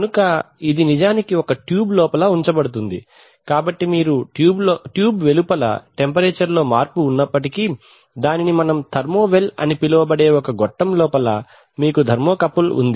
కనుక ఇది నిజానికి ఒక ట్యూబ్ లోపల ఉంచబడుతుంది కాబట్టి మీరు ట్యూబ్ వెలుపల టెంపరేచర్ లో మార్పు ఉన్నప్పటికీ దానిని మనం థర్మో వెల్ అని పిలవబడే ఒక గొట్టం లోపల మీకు థర్మోకపుల్ ఉంది